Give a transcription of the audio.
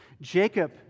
Jacob